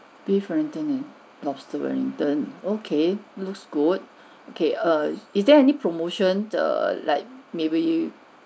beef wellington and lobster wellington okay looks good okay err is there any promotion err like maybe